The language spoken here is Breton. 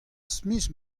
smith